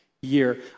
year